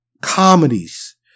Comedies